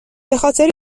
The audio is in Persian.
بخاطر